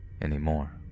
anymore